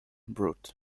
broth